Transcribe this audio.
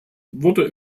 wurde